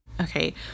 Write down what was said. okay